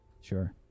Sure